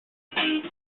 birth